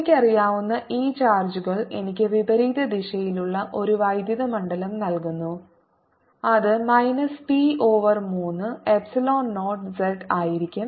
എനിക്കറിയാവുന്ന ഈ ചാർജുകൾ എനിക്ക് വിപരീത ദിശയിലുള്ള ഒരു വൈദ്യുത മണ്ഡലം നൽകുന്നു അത് minus P over 3 epsilon 0 z ആയിരിക്കും